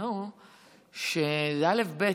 בזמנו שאלף-בית,